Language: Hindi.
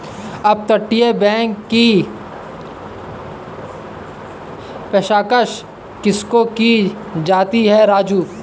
अपतटीय बैंक की पेशकश किसको की जाती है राजू?